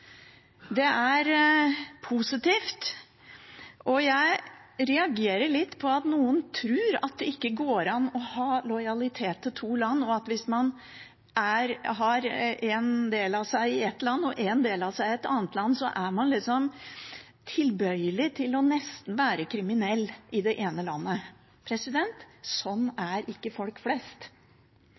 Det er positivt, og jeg reagerer litt på at noen tror at det ikke går an å ha lojalitet til to land, og at hvis man har én del av seg i ett land og én del av seg i et annet land, er man liksom tilbøyelig til nesten å være kriminell i det ene landet. Sånn er ikke folk flest.